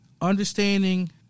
understanding